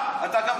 הם מזלזלים בך.